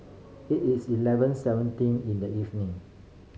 it is eleven seventeen in the evening